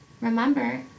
Remember